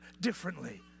differently